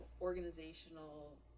organizational